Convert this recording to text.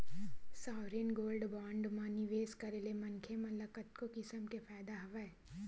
sovereign gold bond म निवेस करे ले मनखे मन ल कतको किसम के फायदा हवय